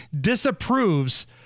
disapproves